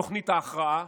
תוכנית ההכרעה.